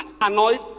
annoyed